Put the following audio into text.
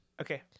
Okay